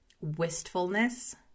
wistfulness